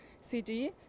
CD